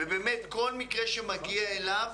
כל מקרה שמגיע אליו